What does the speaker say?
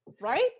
right